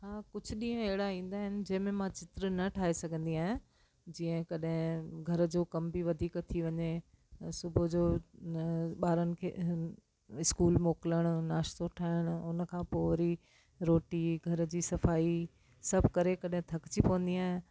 हा कुझु ॾींहं अहिड़ा ईंदा आहिनि जंहिंमें मां चित्र न ठाहे सघंदी आहियां जीअं कॾहिं घर जो कमु बि वधीक थी वञे त सुबुह जो न ॿारनि खे हिन स्कूल मोकिलणु नाश्तो ठाहिणु उन खां पोइ वरी रोटी घर जी सफ़ाई सभु करे कॾहिं थकजी पवंदी आहियां